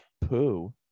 poo